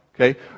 Okay